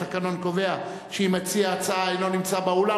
התקנון קובע שאם מציע הצעה אינו נמצא באולם,